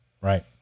right